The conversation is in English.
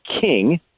king